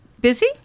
busy